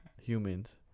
humans